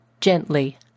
gently